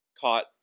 caught